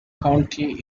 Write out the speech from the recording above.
county